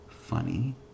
funny